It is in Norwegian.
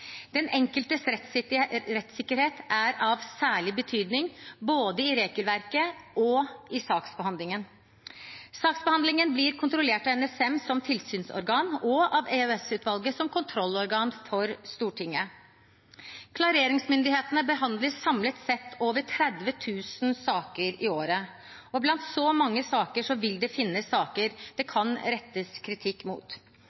Den enkeltes rettssikkerhet er av særlig betydning både i regelverket og i saksbehandlingen. Saksbehandlingen blir kontrollert av NSM som tilsynsorgan og av EOS-utvalget som kontrollorgan for Stortinget. Klareringsmyndighetene behandler samlet sett over 30 000 saker i året. Blant så mange saker vil det finnes saker det kan rettes kritikk mot,